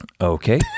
okay